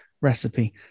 recipe